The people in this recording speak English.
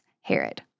Herod